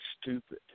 stupid